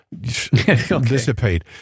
dissipate